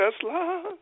Tesla